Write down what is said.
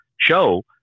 show